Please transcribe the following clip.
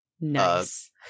nice